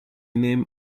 name